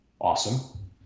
Awesome